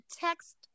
text